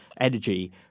energy